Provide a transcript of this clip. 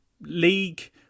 league